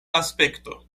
aspekto